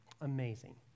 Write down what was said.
Amazing